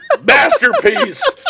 masterpiece